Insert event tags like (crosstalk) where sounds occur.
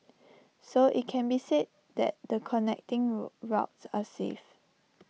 so IT can be said that the connecting (unintelligible) are safe